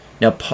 Now